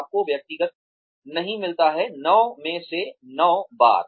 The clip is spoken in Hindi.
आपको व्यक्तिगत नहीं मिलता है 9 में से 9 बार